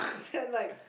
then like